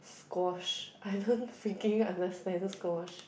squash I don't freaking understand squash